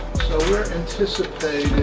so we're anticipating